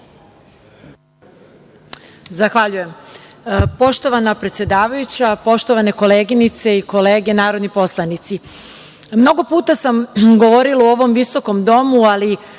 Zahvaljujem. Poštovana predsedavajuća, poštovane koleginice i kolege narodni poslanici, mnogo puta sam govorila u ovom visokom domu, ali